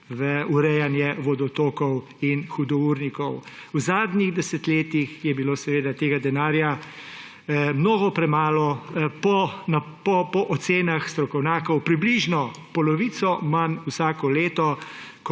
v urejanje vodotokov in hudournikov. V zadnjih desetletjih je bilo seveda tega denarja mnogo premalo. Po ocenah strokovnjakov približno polovico manj vsako leto,